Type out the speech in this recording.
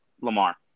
Lamar